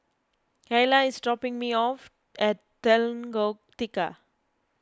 Kyla is dropping me off at Lengkok Tiga